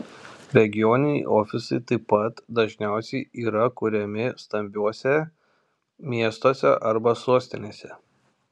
regioniniai ofisai taip pat dažniausiai yra kuriami stambiuose miestuose arba sostinėse